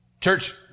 Church